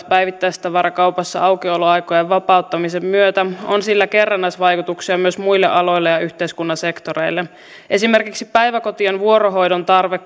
päivittäistavarakaupassa aukioloaikojen vapauttamisen myötä on sillä kerrannaisvaikutuksia myös muille aloille ja yhteiskunnan sektoreille esimerkiksi päiväkotien vuorohoidon tarve